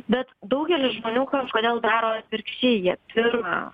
bet daugelis žmonių kažkodėl daro atvirkščiai jie pirma